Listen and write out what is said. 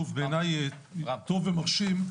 בעיניי טוב ומרשים,